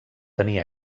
tenir